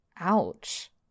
Ouch